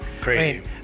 Crazy